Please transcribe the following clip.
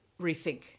rethink